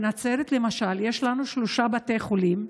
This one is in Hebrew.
לצערי הרב בנצרת למשל יש לנו שלושה בתי חולים,